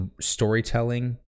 storytelling